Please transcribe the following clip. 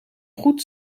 goed